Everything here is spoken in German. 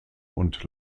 und